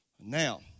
Now